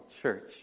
church